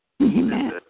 Amen